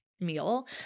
meal